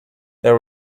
there